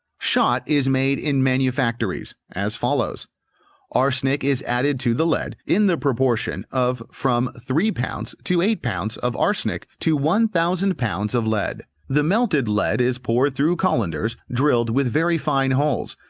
shot is made in manufactories, as follows arsenic is added to the lead, in the proportion of from three lbs. to eight lbs. of arsenic to one thousand lbs. of lead. the melted lead is poured through cullenders drilled with very fine holes,